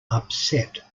upset